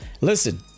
Listen